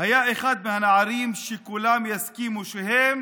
היה אחד מהנערים שכולם יסכימו שהם